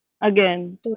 again